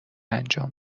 انجام